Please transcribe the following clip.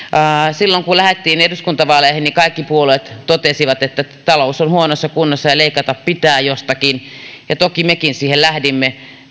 silloin kun lähdettiin eduskuntavaaleihin kaikki puolueet totesivat että talous on huonossa kunnossa ja leikata pitää jostakin toki mekin siihen lähdimme